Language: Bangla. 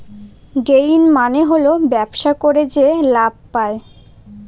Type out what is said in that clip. গেইন মানে হল ব্যবসা করে যে লাভ পায়